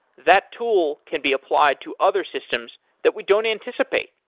that tool can be applied to other systems that we don't anticipate.